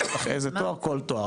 אני שואל אותך איזה תואר כל תואר.